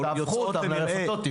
יוצאות למרעה --- אז תהפכו אותם לרפתות,